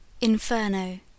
Inferno